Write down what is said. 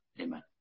Amen